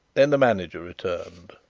then the manager returned.